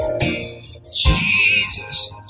Jesus